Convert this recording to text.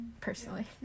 personally